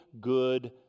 good